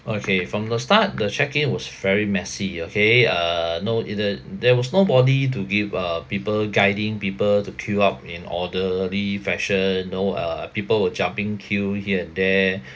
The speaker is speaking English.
okay from the start the check in was very messy okay uh no either there was nobody to give uh people guiding people to queue up in orderly fashion know uh people were jumping queue here and there